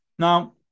Now